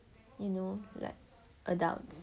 you know like adults